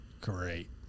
Great